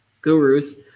gurus